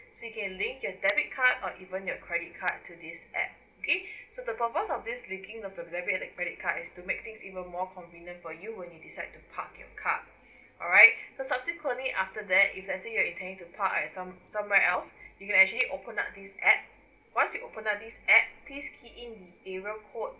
so you can link your debit card or even your credit card to this app okay so the purpose of this linking of the debit and credit card is to make things even more convenient for you when you decide to park your car alright so subsequently after that if let's say you're intending to park at some somewhere else you can actually open up this app once you open up this app please key in area code